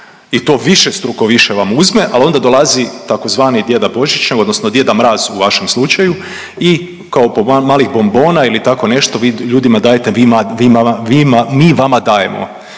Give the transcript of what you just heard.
i to višestruko više vam uzme al onda dolazi tzv. Djeda Božićnjak odnosno Djeda Mraz u vašem slučaju i kao po malih bombona ili tako nešto i vi ljudima dajete, vi ma, vi ma,